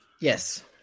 Yes